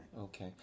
Okay